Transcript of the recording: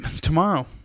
tomorrow